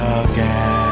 again